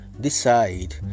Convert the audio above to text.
decide